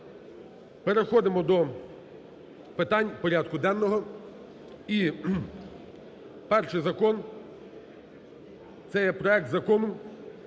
Переходимо до питань порядку денного. І перший закон це є проект Закону